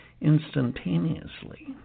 instantaneously